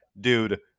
dude